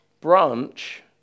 branch